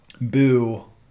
Boo